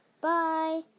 Bye